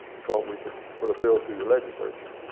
thought we could put a bill through the legislature.